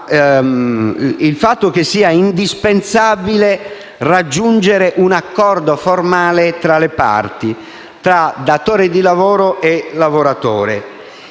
infatti che sia indispensabile raggiungere un accordo formale tra le parti, tra datore di lavoro e lavoratore.